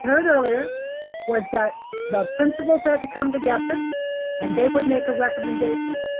heard earlier was that the principals had to come together and they would make a recommendation.